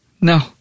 no